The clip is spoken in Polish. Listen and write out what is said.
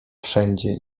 wszędzie